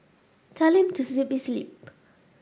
tell him to zip his lip